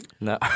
No